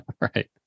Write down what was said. right